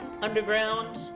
underground